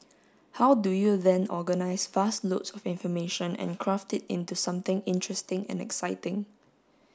how do you then organise vast loads of information and craft it into something interesting and exciting